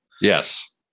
Yes